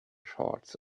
shorts